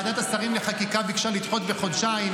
ועדת השרים לחקיקה ביקשה לדחות בחודשיים.